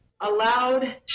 allowed